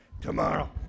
Tomorrow